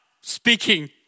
speaking